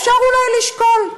אפשר אולי לשקול.